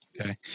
Okay